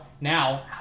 Now